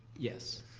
yes.